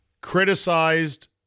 Criticized